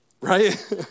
right